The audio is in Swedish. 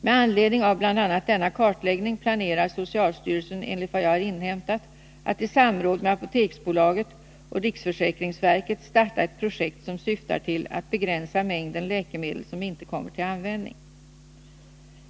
Med anledning av bl.a. denna kartläggning planerar socialstyrelsen enligt vad jag har inhämtat att i samråd med Apoteksbolaget AB och riksförsäkringsverket starta ett projekt som syftar till att begränsa mängden läkemedel som inte kommer till användning.